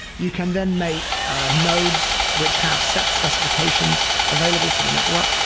you can then make nodes which have set specifications available to the network,